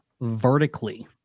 vertically